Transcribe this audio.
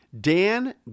Dan